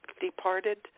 departed